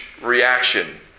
reaction